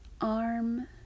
arm